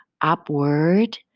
upward